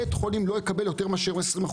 בית חולים לא יקבל יותר מאשר ה-20%,